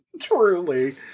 Truly